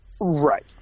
Right